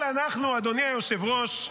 אבל אנחנו, אדוני היושב-ראש,